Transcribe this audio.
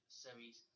series